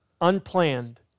unplanned